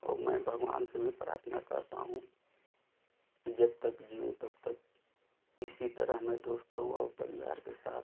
और मैं भगवान से भी प्राथना करता हूँ कि जब तक जिऊँ तब तक इसी तरह मैं दोस्तों और परिवार के साथ